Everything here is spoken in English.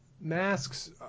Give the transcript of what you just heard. masks